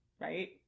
right